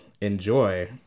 enjoy